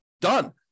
Done